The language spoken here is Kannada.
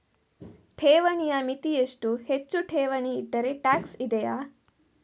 ಠೇವಣಿಯ ಮಿತಿ ಎಷ್ಟು, ಹೆಚ್ಚು ಠೇವಣಿ ಇಟ್ಟರೆ ಟ್ಯಾಕ್ಸ್ ಇದೆಯಾ?